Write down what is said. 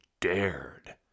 dared